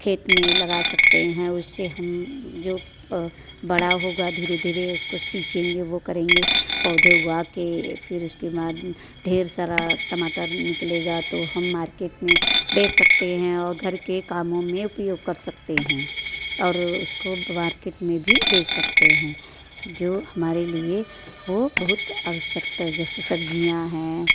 खेत में लगा सकते हैं उसे हम जो बड़ा होगा धीरे धीरे उसको सिचेंगे वो करेंगे पौधे उगा के फिर उसके बाद ढेर सारा टमाटर निकलेगा तो हम मार्केट में बेच सकते हैं और घर के कामों में उपयोग कर सकते हैं और उसको मार्केट में भी बेच सकते हैं जो हमारे लिए वो बहुत आवश्यकता जैसे सब्ज़ियाँ है